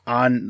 on